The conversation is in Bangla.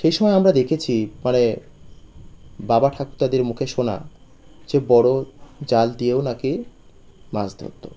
সেই সময় আমরা দেখেছি মানে বাবা ঠাকদাদের মুখে শোনা যে বড় জাল দিয়েও নাকি মাছ ধরত